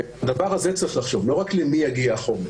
על הדבר הזה צריך לחשוב, לא רק למי יגיע החומר.